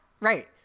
right